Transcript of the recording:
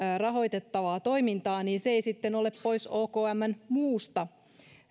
rahoitettavaa toimintaa niin se ei sitten ole pois okmn muusta